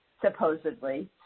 supposedly